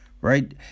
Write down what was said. right